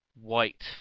white